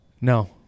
No